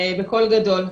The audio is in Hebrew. בקול גדול,